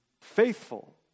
faithful